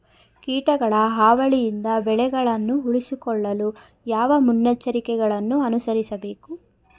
ಕೀಟಗಳ ಹಾವಳಿಯಿಂದ ಬೆಳೆಗಳನ್ನು ಉಳಿಸಿಕೊಳ್ಳಲು ಯಾವ ಮುನ್ನೆಚ್ಚರಿಕೆಗಳನ್ನು ಅನುಸರಿಸಬೇಕು?